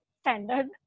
standard